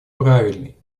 правильный